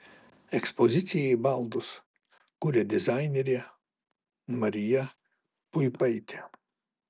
ekspozicijai baldus kuria dizainerė marija puipaitė